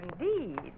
indeed